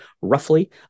roughly